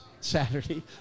Saturday